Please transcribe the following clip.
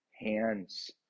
hands